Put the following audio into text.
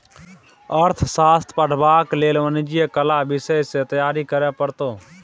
अर्थशास्त्र पढ़बाक लेल वाणिज्य आ कला विषय सँ तैयारी करय पड़तौ